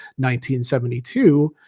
1972